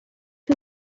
who